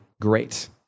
great